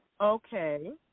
Okay